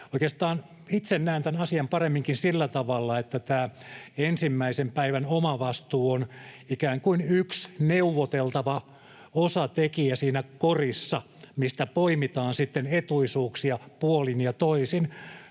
Oikeastaan itse näen tämän asian paremminkin sillä tavalla, että tämä ensimmäisen päivän omavastuu on ikään kuin yksi neuvoteltava osatekijä siinä korissa, mistä poimitaan sitten etuisuuksia puolin ja toisin